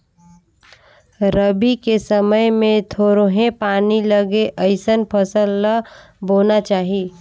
रबी के समय मे थोरहें पानी लगे अइसन फसल ल बोना चाही